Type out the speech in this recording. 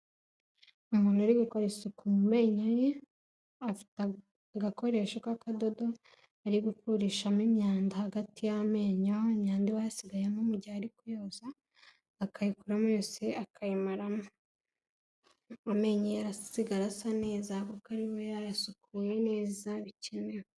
Umuntu uri gukora isuku mu menyoye, afite agakoresho k'akadodo ari gukurishamo imyanda hagati y'amenyo, ni imyanda iba yasigayemo mu gihe ari kuyoza, akayikuramo yose akayimaramo, amenyoye arasigara asa neza kuko ari bube yayasukuye neza bikenewe.